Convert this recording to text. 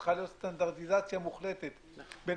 צריכה להיות סטנדרטיזציה מוחלטת בין